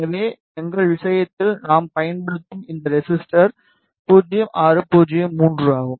எனவே எங்கள் விஷயத்தில் நாம் பயன்படுத்தும் இந்த ரெஸிஸ்டர் 0603 ஆகும்